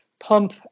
pump